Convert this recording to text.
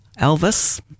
Elvis